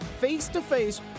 face-to-face